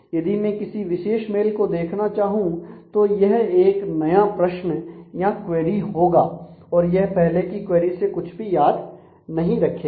यदि मैं किसी विशेष मेल को देखना चाहूं तो यह एक नया प्रश्न या क्वेरी होगा और यह पहले की क्वेरी से कुछ भी याद नहीं रखेगा